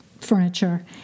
furniture